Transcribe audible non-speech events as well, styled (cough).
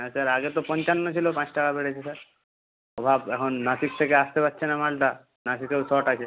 হ্যাঁ স্যার আগে তো পঞ্চান্ন ছিলো পাঁচ টাকা বেড়েছে স্যার (unintelligible) এখন নাসিক থেকে আসতে পারছে না মালটা নাসিকেও শর্ট আছে